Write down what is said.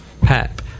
Pep